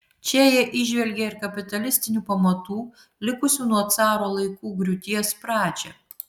čia jie įžvelgė ir kapitalistinių pamatų likusių nuo caro laikų griūties pradžią